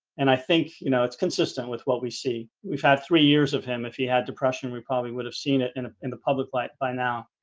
and i think you know it's consistent with what we see. we've had three years of him if he had depression we probably would have seen it and in the public light by now